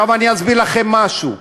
אני אסביר לכם משהו,